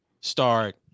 start